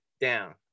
down